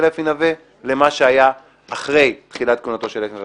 אפי נוה למה שהיה אחרי תחילת כהונתו של אפי נוה.